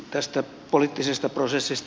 tästä poliittisesta prosessista